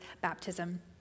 baptism